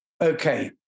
Okay